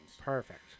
Perfect